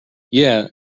yeah